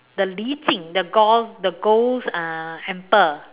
the Li-Ping the gore the ghost uh ample